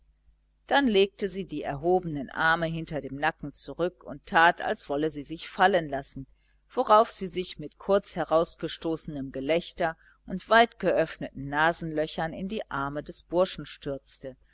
dann legte sie die erhobenen arme hinter den nacken zurück und tat als wolle sie sich fallen lassen worauf sie sich mit kurz herausgestoßenem gelächter und weitgeöffneten nasenlöchern in die arme des burschen stürzte